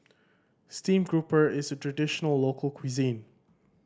steamed grouper is a traditional local cuisine